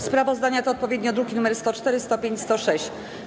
Sprawozdania to odpowiednio druki nr 104, 105 i 106.